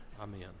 Amen